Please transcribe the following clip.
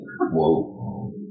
Whoa